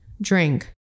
drink